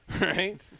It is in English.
right